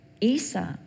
Esau